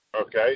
Okay